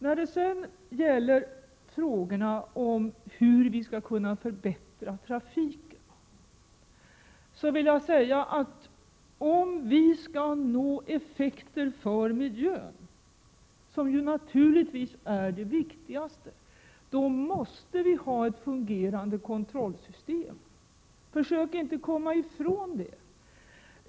När det gäller hur vi skall kunna förbättra trafiken, vill jag säga att om vi skall nå effekter för miljön, vilket naturligtvis är det viktigaste, måste vi ha ett fungerande kontrollsystem. Försök inte komma ifrån det!